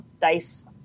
dice